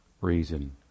reason